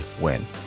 win